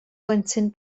blentyn